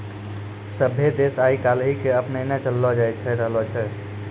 सभ्भे देश आइ काल्हि के अपनैने चललो जाय रहलो छै